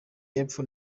y’epfo